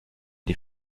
die